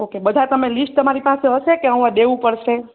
okay બધા તમે list તમારી હસે કે ઉઆ દેવું પડસે